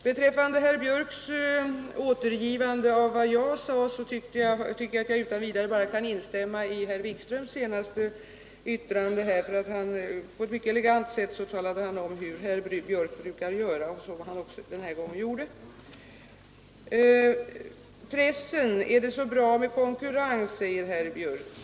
Beträffande herr Björks återgivande och kritik av vad jag sade kan jag inskränka mig till att instämma i herr Wikströms senaste yttrande, eftersom han på ett elegant sätt beskrev, hur herr Björk brukar göra och också den här gången gjorde. Inom pressen är det inte alltid så bra med konkurrens, säger herr Björk.